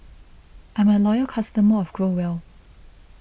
I'm a loyal customer of Growell